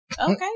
Okay